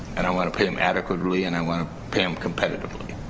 and i want to pay them adequately, and i want to pay them competitively,